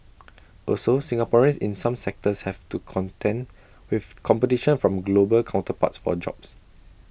also Singaporeans in some sectors have to contend with competition from global counterparts for jobs